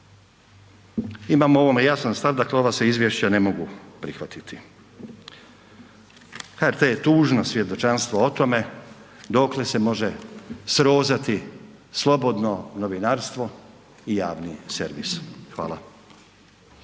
imamo o ovome jasan stav, dakle ova se izvješća ne mogu prihvatiti. HRT je tužno svjedočanstvo o tome dokle se može srozati slobodno novinarstvo i javni servis. Hvala.